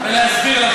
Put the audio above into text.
תסיים,